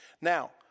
Now